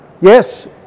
Yes